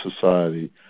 society